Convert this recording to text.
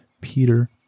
Peter